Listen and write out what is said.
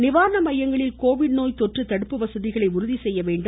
நிவாரண மையங்களில் கோவிட் நோய் தொற்று தடுப்பு வசதிகளை உறுதி செய்ய வேண்டும்